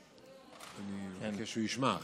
אני מחכה שהוא ישמע.